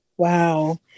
Wow